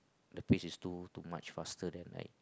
the pace is too too much faster than I